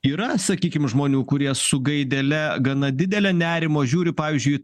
yra sakykim žmonių kurie su gaidele gana didele nerimo žiūri pavyzdžiui